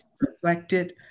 reflected